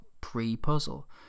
pre-puzzle